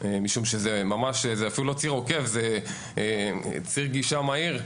כי מדובר בציר גישה מהיר,